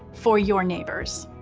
for your neighbors.